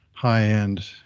High-end